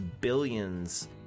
billions